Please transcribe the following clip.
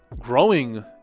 Growing